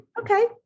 Okay